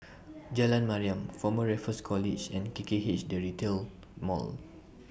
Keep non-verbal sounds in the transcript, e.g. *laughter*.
*noise* Jalan Mariam Former Raffles College and K K H The Retail Mall